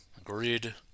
Agreed